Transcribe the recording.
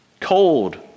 cold